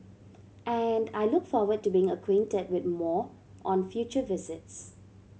and I look forward to being acquainted with more on future visits